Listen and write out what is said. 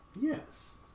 Yes